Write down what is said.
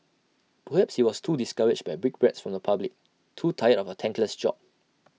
perhaps he was too discouraged by brickbats from the public too tired of A thankless job